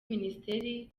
minisiteri